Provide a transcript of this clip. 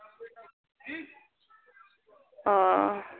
वह